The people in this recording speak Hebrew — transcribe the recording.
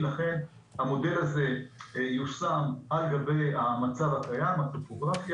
לכן המודל הזה ייושם על-גבי המצב הקיים עם הטופוגרפיה